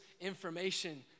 information